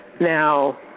Now